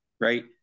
right